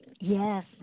Yes